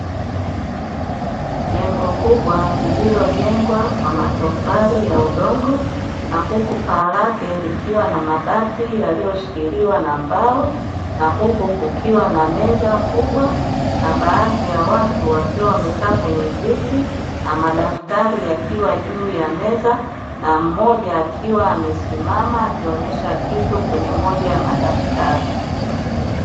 Jengo kubwa lililojengwa kwa matofali ya udongo, na huku paa lake likiwa na mabati yaliyoshikiliwa na mbao, na huku kukiwa na meza kubwa na baadhi ya watu wakiwa wamekaa kwenye viti, na madaftari yakiwa juu ya meza. Na mmoja akiwa amesimama akionyesha kitu kwenye moja ya madaftari.